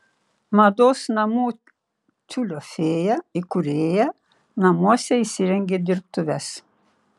mados namų tiulio fėja įkūrėja namuose įsirengė dirbtuves